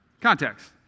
Context